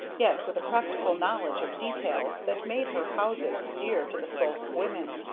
yet with a practical knowledge of details that made her houses dear to the souls of women.